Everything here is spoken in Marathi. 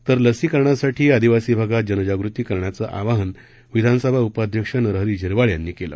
तर लसीकरणासाठी आदिवासी भागात जनजागृती करण्याचं आवाहन विधानसभा उपाध्यक्ष नरहरी झिरवाळ यांनी केलं